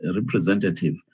representative